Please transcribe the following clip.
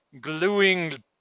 gluing